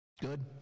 good